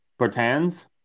Bertans